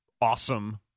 Awesome